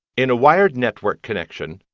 in a wired network connection,